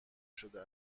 شده